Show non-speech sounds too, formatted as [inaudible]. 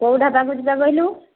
କେଉଁଟା [unintelligible] କହିଲୁ